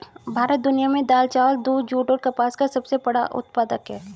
भारत दुनिया में दाल, चावल, दूध, जूट और कपास का सबसे बड़ा उत्पादक है